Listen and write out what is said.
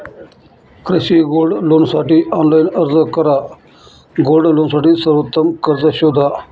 कृषी गोल्ड लोनसाठी ऑनलाइन अर्ज करा गोल्ड लोनसाठी सर्वोत्तम कर्ज शोधा